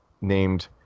named